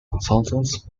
consultants